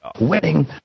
wedding